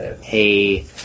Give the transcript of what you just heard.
hey